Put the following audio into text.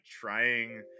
trying